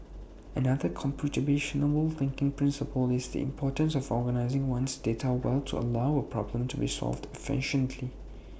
another computational thinking principle is the importance of organising one's data well to allow A problem to be solved efficiently